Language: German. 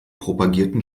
propagierten